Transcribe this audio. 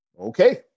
okay